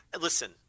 Listen